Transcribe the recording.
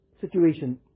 situation